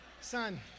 son